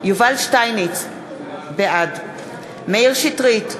יובל שטייניץ, בעד מאיר שטרית,